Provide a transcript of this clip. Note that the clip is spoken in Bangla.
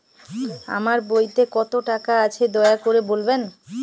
আমার বইতে কত টাকা আছে দয়া করে বলবেন?